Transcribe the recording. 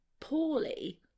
poorly